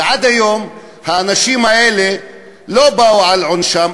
ועד היום האנשים האלה לא באו על עונשם,